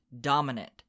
dominant